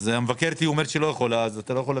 אז המבקרת אומרת שהיא לא יכולה,